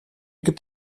gibt